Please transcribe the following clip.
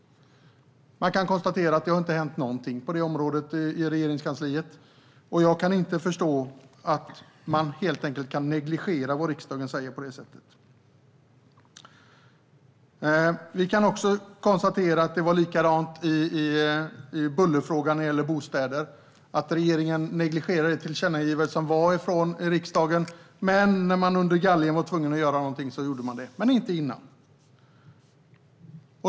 Man kan konstatera att det inte har hänt någonting på det området i Regeringskansliet. Jag kan inte förstå att man helt enkelt kan negligera vad riksdagen säger på det sättet. Vi kan konstatera att det var likadant i bullerfrågan angående bostäder. Regeringen negligerade tillkännagivandet från riksdagen. När man under galgen var tvungen att göra någonting gjorde man det, men inte innan.